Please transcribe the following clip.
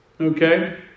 Okay